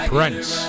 Prince